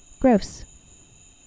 Gross